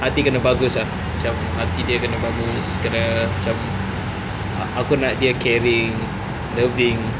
hati kena bagus ah macam hati dia kena bagus kena macam aku nak dia caring loving